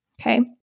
Okay